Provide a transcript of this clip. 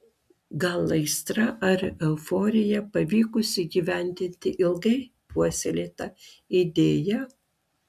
gal aistra ar euforija pavykus įgyvendinti ilgai puoselėtą idėją